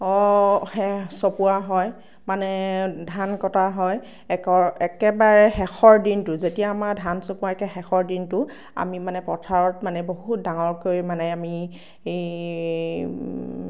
চপোৱা হয় মানে ধান কটা হয় একে একেবাৰে শেষৰ দিনটো যেতিয়া আমাৰ ধান চপোৱা একে শেষৰ দিনটো আমি মানে পথাৰত মানে বহুত ডাঙৰকৈ মানে আমি ই